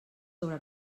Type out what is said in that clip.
sobre